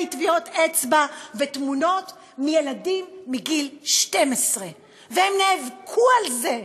טביעות אצבע ותמונות מילדים מגיל 12. והם נאבקו על זה,